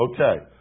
Okay